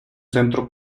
centro